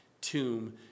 tomb